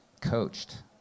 coached